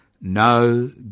no